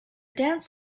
dance